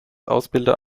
ausbilder